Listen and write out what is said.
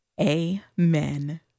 Amen